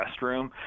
restroom